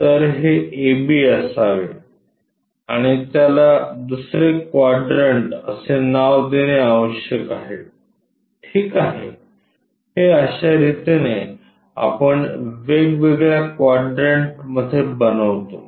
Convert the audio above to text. तर हे ab असावे आणि त्याला दुसरे क्वाड्रंट असे नाव देणे आवश्यक आहे ठीक आहे हे अश्या रितीने आपण वेगवेगळ्या क्वाड्रंटमध्ये बनवतो